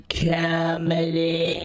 comedy